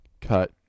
Cut